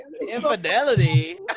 Infidelity